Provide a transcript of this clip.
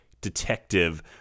detective